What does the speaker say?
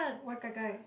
why gai-gai